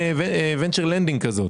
ונצ'ר לנדינג כזאת.